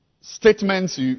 statements